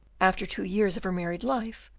after two years of her married life,